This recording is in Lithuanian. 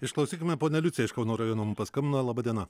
išklausykime ponią liuciją iš kauno rajono mum paskambino laba diena